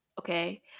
Okay